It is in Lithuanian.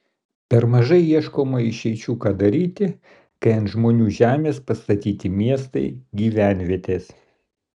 per mažai ieškoma išeičių ką daryti kai ant žmonių žemės pastatyti miestai gyvenvietės